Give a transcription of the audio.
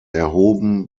erhoben